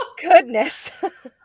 goodness